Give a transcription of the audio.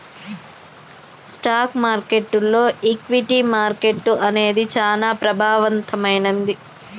stock మార్కెట్టులో equity market అనేది చానా ప్రభావవంతమైంది